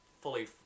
fully